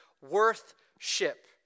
worth-ship